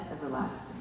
everlasting